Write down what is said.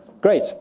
great